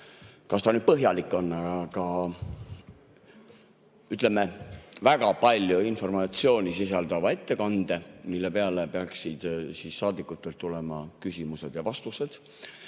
kas ta nüüd põhjalik on, aga ütleme, väga palju informatsiooni sisaldava ettekande, mille peale peaksid saadikutelt tulema küsimused ja [minult]